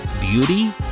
Beauty